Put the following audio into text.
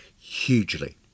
hugely